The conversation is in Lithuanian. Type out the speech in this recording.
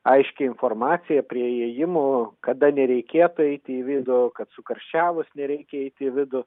aiškia informacija prie įėjimų kada nereikėtų eiti į vidų kad sukarščiavus nereikia eiti į vidų